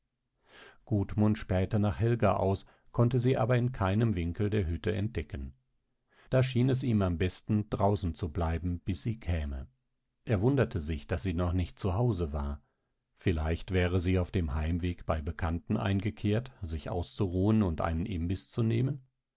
mutter gudmund spähte nach helga aus konnte sie aber in keinem winkel der hütte entdecken da schien es ihm am besten draußen zubleiben bis sie käme er wunderte sich daß sie noch nicht zu hause war vielleicht wäre sie auf dem heimweg bei bekannten eingekehrt sich auszuruhen und einen imbiß zu nehmen